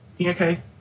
okay